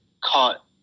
caught